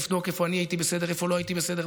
אבדוק איפה אני הייתי בסדר ואיפה לא הייתי בסדר,